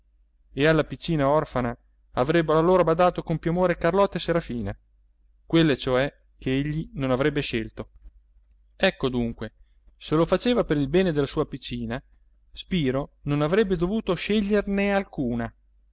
e alla piccina orfana avrebbero allora badato con più amore carlotta e serafina quelle cioè ch'egli non avrebbe scelto ecco dunque se lo faceva per il bene della sua piccina spiro non avrebbe dovuto sceglierne alcuna